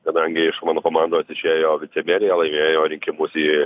kadangi iš mano komandos išėjo vicemerė ji laimėjo rinkimus į